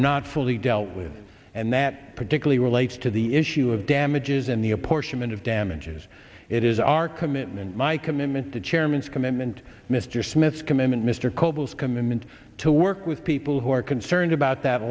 not fully dealt with and that particularly relates to the issue of damages and the apportionment of damages it is our commitment my commitment the chairman's commitment mr smith's commitment mr cupples commitment to work with people who are concerned about that